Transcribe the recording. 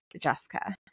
Jessica